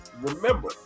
remember